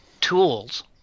tools